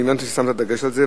אני הבנתי ששמת דגש על זה,